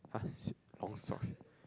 !huh! long socks ah